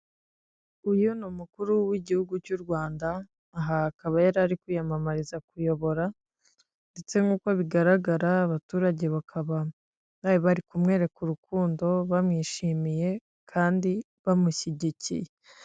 Uyu ni umukuru w'igihugu cy'u Rwanda, aha akaba yarari kwiyamamariza kuyobora ndetse nk'uko bigaragara abaturage bakaba bari bari kumweraka ururkundo, bamwishimiye kandi bamushyigikiye.